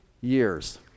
years